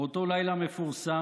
באותו לילה מפורסם,